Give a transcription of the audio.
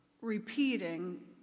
repeating